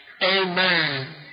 Amen